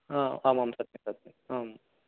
हा आम् आं सत्यं सत्यम् आम्